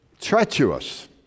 treacherous